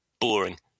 boring